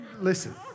Listen